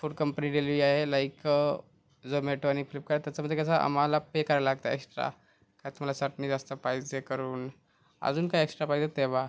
food company आहे like Zomato आणि फ्लिपकाट त्याच्यामध्ये कसं आम्हाला पे करा लागतं एक्स्ट्रा त्यात मला चटणी जास्त पाहिजे करून अजून काही एक्स्ट्रा पाहिजे तेव्हा